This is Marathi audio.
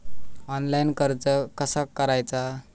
ऑनलाइन कर्ज कसा करायचा?